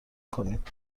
کنید